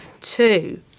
Two